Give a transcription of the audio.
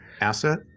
Asset